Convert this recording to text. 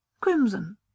crimson